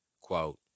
quote